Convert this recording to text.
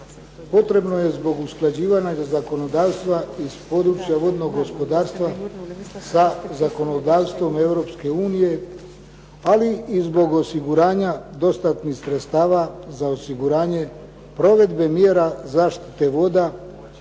potrebno je zbog usklađivanja zakonodavstva iz područja vodnog gospodarstva sa zakonodavstvom Europske unije, ali i zbog osiguranja dostatnih sredstava za osiguranje provedbe mjera zaštite voda